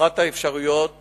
אחת האפשרויות